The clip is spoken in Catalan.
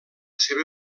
seva